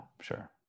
sure